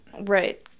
Right